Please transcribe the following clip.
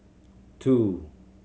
two